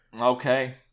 Okay